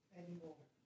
anymore